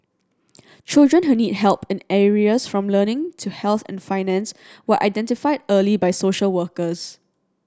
children who need help in areas from learning to health and finance were identified early by social workers